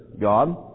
God